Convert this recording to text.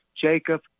jacob